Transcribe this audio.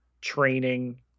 training